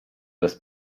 bez